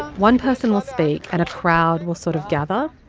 one person will speak, and a crowd will sort of gather.